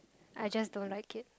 I just don't like it